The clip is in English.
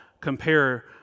compare